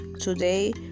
Today